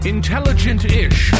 Intelligent-ish